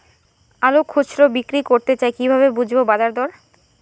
আলু খুচরো বিক্রি করতে চাই কিভাবে বুঝবো বাজার দর?